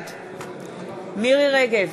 בעד מירי רגב,